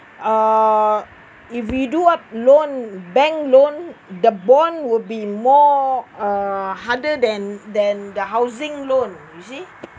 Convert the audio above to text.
uh if we do up loan bank loan the bond will be more uh harder than than the housing loan you see